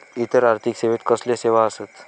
इतर आर्थिक सेवेत कसले सेवा आसत?